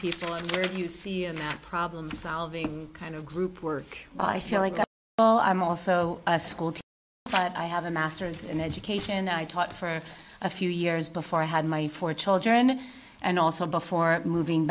people you see and problem solving kind of group work i feel like i'm also a school but i have a masters in education i taught for a few years before i had my four children and also before moving